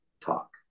talk